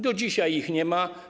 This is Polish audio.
Do dzisiaj ich nie ma.